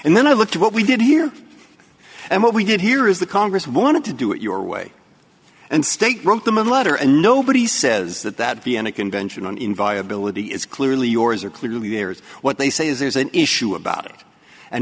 and then i look at what we did here and what we did here is the congress wanted to do it your way and state wrote them a letter and nobody says that that vienna convention in viability is clearly yours or clearly yours what they say is there's an issue about it and